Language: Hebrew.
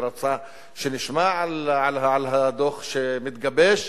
והוא רצה שנשמע על הדוח שמתגבש.